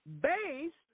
based